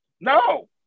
No